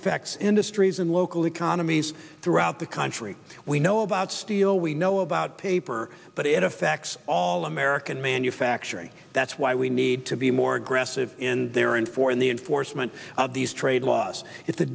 affects industries and local economies throughout the country we know about steel we know about paper but it affects all american manufacturing that's why we need to be more aggressive in there and for the enforcement of these trade laws if the